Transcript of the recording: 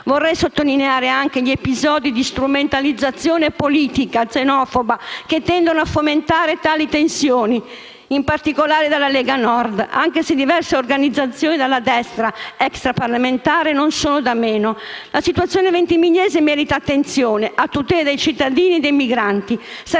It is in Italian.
Vorrei sottolineare anche gli episodi di strumentalizzazione politica xenofoba, che tendono a fomentare tali tensioni, in particolare della Lega Nord, anche se diverse organizzazioni della destra extraparlamentare non sono da meno. La situazione ventimigliese merita attenzione, a tutela dei cittadini e dei migranti.